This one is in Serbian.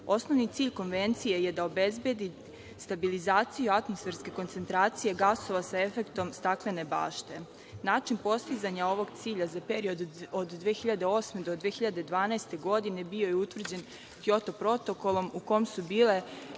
Osnovni cilj Konvencije je da obezbedi stabilizaciju atmosferske koncentracije gasova sa efektom staklene bašte. Način postizanja ovog cilja za period od 2008. do 2012. godine bio je utvrđen Kjoto protokolom u kom su bile